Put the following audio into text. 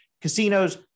casinos